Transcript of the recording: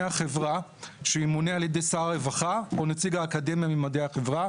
החברה שימונה על ידי שר הרווחה או נציג האקדמיה ממדעי החברה.